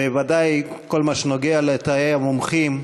וודאי, כל מה שנוגע לתאי המומחים,